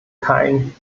kein